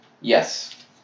Yes